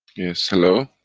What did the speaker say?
yes, hello?